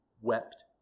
wept